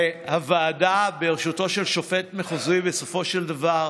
והוועדה, בראשותו של שופט מחוזי, בסופו של דבר,